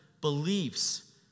beliefs